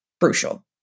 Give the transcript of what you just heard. crucial